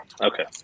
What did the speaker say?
Okay